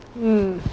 mm